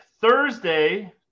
thursday